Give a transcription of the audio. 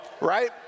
right